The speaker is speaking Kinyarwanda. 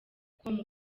com